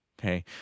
Okay